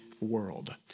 world